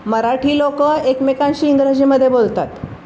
मराठी लोकं एकमेकांशी इंग्रजीमध्ये बोलतात